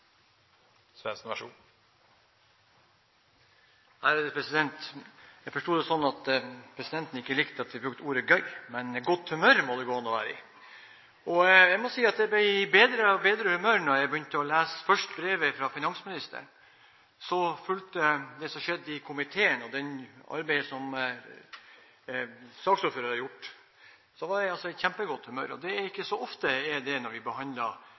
regjeringen – så synes jeg det hadde vært greit å få et bedre samarbeid i de fleste komiteene, når regjeringen opplever konstruktive forslag fra Stortinget. Jeg forsto det slik at presidenten ikke likte at vi brukte ordet «gøy», men det må gå an å være i godt humør. Jeg må si at jeg ble i bedre og bedre humør da jeg først begynte å lese brevet fra finansministeren, så fulgte det som skjedde i komiteen, og det arbeidet som saksordføreren har gjort. Så jeg ble i kjempegodt